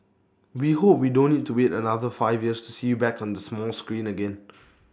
we hope we don't need to wait another five years to see you back on the small screen again